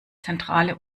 zentrale